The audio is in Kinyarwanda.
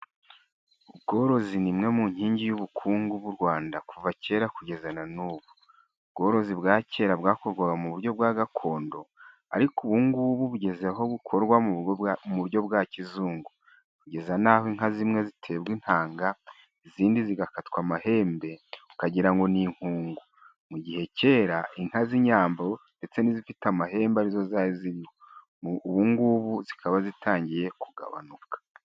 Ubworozi ni imwe mu nkingi y'ubukungu bw'u Rwanda kuva kera kugeza na n'ubu ubworozi bwa kera bwakorwaga mu buryo bwa gakondo. Ariko ubu ngubu bugezweho bukorwa mu buryo bwa kizungu kugeza n'aho inka zimwe ziterwa intanga , izindi zigakatwa amahembe ukagira ngo ni inkungu. Mu gihe kera inka z'inyambo ndetse n'izifite amahembe ari zo zariho ubu ngubu zikaba zitangiye kugabanuka.